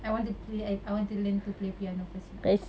I want to play I want to learn to play piano first lah